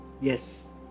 Yes